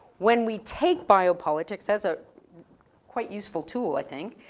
when we take biopolitics as a quite useful tool, i think.